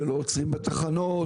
הם לא עוצרים בתחנות.